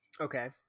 Okay